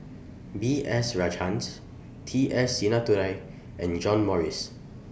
B S Rajhans T S Sinnathuray and John Morrice